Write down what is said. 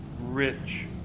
rich